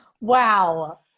Wow